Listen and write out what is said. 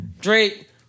Drake